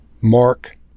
Mark